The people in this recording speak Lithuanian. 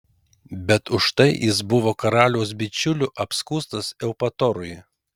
bet už tai jis buvo karaliaus bičiulių apskųstas eupatorui